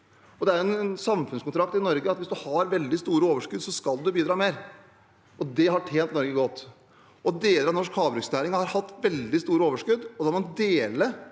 Det er en samfunnskontrakt i Norge at hvis du har veldig store overskudd, skal du bidra mer, og det har tjent Norge godt. Deler av norsk havbruksnæring har hatt veldig store overskudd, og da må man dele